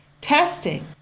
Testing